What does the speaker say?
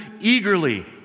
eagerly